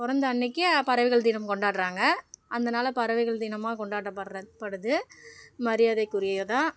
பிறந்த அன்றைக்கே பறவைகள் தினம் கொண்டாடுகிறாங்க அந்த நாளை பறவைகள் தினமாக கொண்டாடப்படுற படுது மரியாதைக்குரியதாக